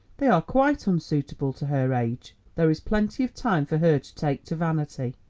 they are quite unsuitable to her age. there is plenty of time for her to take to vanity.